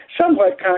somewhat